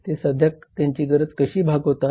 ते सध्या त्यांची गरज कशी भागवतात